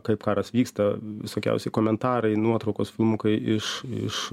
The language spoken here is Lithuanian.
kaip karas vyksta visokiausi komentarai nuotraukos filmukai iš iš